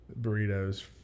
burritos